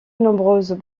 nombreuses